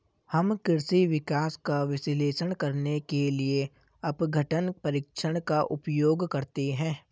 हम कृषि विकास का विश्लेषण करने के लिए अपघटन परीक्षण का उपयोग करते हैं